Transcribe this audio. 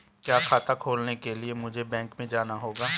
क्या खाता खोलने के लिए मुझे बैंक में जाना होगा?